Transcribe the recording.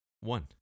One